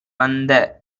வந்த